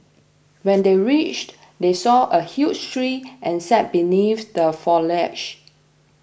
when they reached they saw a huge tree and sat beneath the foliage